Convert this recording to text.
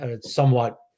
Somewhat